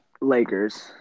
Lakers